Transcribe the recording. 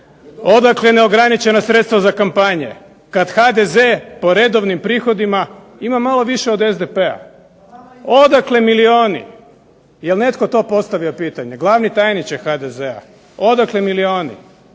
Odakle neograničena sredstva za kampanje, kad HDZ po redovnim prihodima ima malo više od SDP-a. Odakle milijoni? Je li netko to postavio pitanje? Glavni tajniče HDZ-a, odakle milijoni?